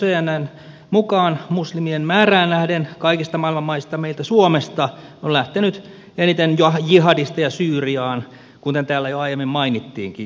uutistoimisto cnnn mukaan muslimien määrään nähden kaikista maailman maista meiltä suomesta on lähtenyt eniten jihadisteja syyriaan kuten täällä jo aiemmin mainittiinkin jossakin puheenvuorossa